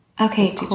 Okay